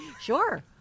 Sure